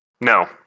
no